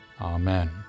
amen